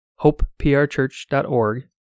hopeprchurch.org